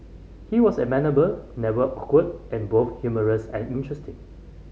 he was amenable never awkward and both humorous and interesting